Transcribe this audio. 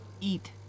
eat